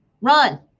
run